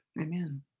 Amen